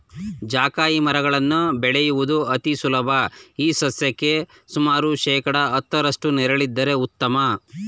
ಜಾಯಿಕಾಯಿ ಮರಗಳನ್ನು ಬೆಳೆಯುವುದು ಅತಿ ಸುಲಭ ಈ ಸಸ್ಯಕ್ಕೆ ಸುಮಾರು ಶೇಕಡಾ ಹತ್ತರಷ್ಟು ನೆರಳಿದ್ದರೆ ಉತ್ತಮ